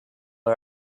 are